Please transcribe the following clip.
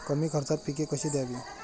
कमी खर्चात पिके कशी घ्यावी?